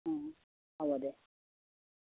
অঁ হ'ব দে